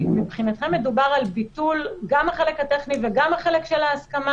מבחינתכם מדובר על ביטול גם החלק הטכני וגם החלק של ההסכמה?